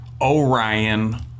O'Rion